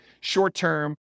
short-term